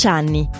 anni